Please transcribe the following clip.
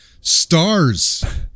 stars